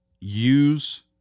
use